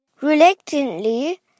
Reluctantly